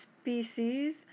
species